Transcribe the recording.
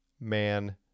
man